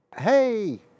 Hey